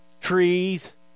trees